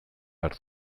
behar